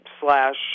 slash